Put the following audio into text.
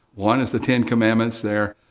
one is the ten commandments there,